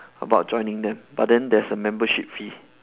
about joining them but then there's a membership fee